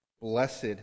Blessed